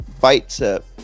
bicep